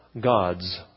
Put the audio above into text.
gods